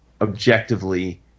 objectively